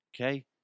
Okay